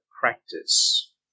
practice